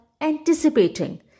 anticipating